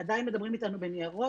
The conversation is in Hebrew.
עדיין מדברים איתנו בניירות.